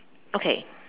okay